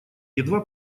едва